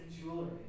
jewelry